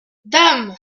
dame